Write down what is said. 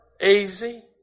easy